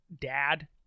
dad